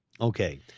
Okay